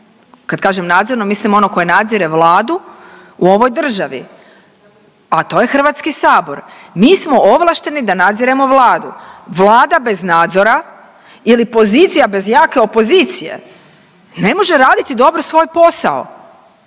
kad kažem nadzorno mislim ono koje nadzire Vladu u ovoj državi, a to je Hrvatski sabor. Mi smo ovlašteni da nadziremo Vladu. Vlada bez nadzora ili pozicija bez jake opozicije ne može raditi dobro svoj posao,